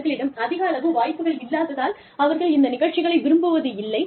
அவர்களிடம் அதிக அளவு வாய்ப்புகள் இல்லாததால் அவர்கள் இந்த நிகழ்ச்சிகளை விரும்புவதில்லை